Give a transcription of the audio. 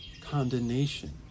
condemnation